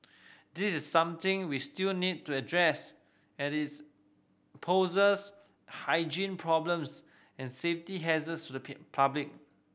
this is something we still need to address at is poses hygiene problems and safety hazards to the public